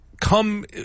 come –